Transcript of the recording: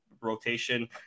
rotation